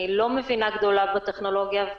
אני לא מבינה גדולה בטכנולוגיה,